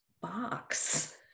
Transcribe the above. box